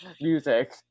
music